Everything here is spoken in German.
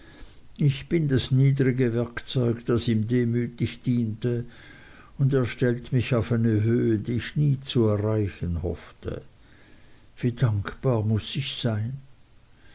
ich bin das niedrige werkzeug das ihm demütig diente und er stellt mich auf eine höhe die ich nie zu erreichen hoffte wie dankbar muß ich sein